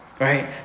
Right